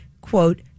quote